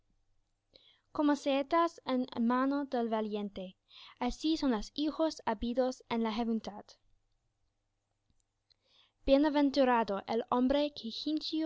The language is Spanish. como saetas en mano del valiente así son los hijos habidos en la juventud bienaventurado el hombre que